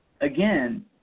again